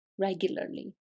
regularly